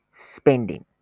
Spending